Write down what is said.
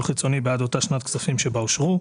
חיצוני בעד אותה שנת כספים שבה אושרו,